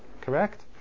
Correct